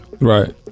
Right